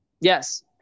Yes